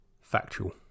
factual